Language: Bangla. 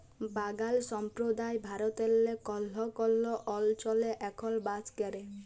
বাগাল সম্প্রদায় ভারতেল্লে কল্হ কল্হ অলচলে এখল বাস ক্যরে